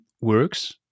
works